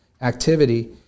activity